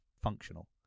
functional